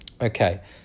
Okay